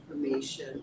information